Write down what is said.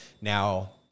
Now